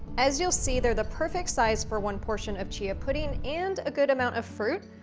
as you'll see they're the perfect size for one portion of chia pudding and a good amount of fruit,